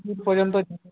দূর পর্যন্ত